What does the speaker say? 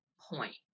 point